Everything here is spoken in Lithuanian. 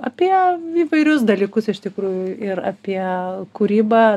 apie įvairius dalykus iš tikrųjų ir apie kūrybą